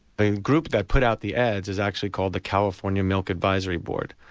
the group that put out the ads is actually called the california milk advisory board.